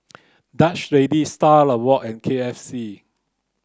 Dutch Lady Star Awards and K F C